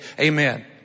amen